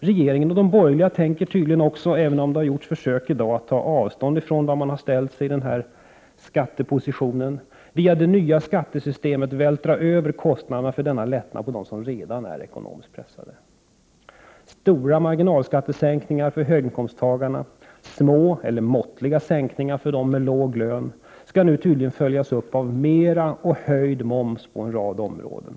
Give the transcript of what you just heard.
Regeringen och de borgerliga tänker tydligen också —- även om det i dag har gjorts försök att ta avstånd från det, när man har ställt sig i en skatteposition — via det nya skattesystemet vältra över kostnaderna för denna lättnad på dem som redan är ekonomiskt pressade. Stora marginalskattesänkningar för höginkomsttagarna och små eller måttliga sänkningar för dem med låg lön skall nu tydligen följas upp av mera och höjd moms på en rad områden.